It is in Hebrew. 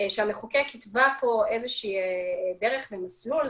שהמחוקק התווה פה איזושהי דרך, מסלול.